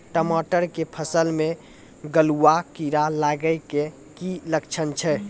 टमाटर के फसल मे गलुआ कीड़ा लगे के की लक्छण छै